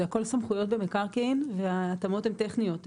זה הכל סמכויות במקרקעין וההתאמות הן טכניות,